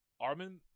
Armin